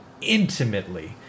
intimately